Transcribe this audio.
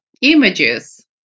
images